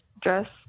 dress